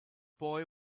boy